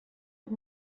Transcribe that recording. els